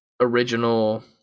original